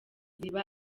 ziba